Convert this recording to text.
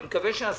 אני מקווה שהשר